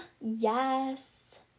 Yes